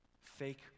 fake